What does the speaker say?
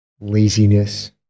laziness